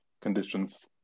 conditions